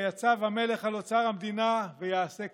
ויצו המלך על אוצר המדינה ויעשה כן.